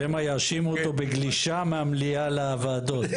שמא יאשימו אותו בגלישה מהמליאה לוועדות.